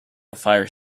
fire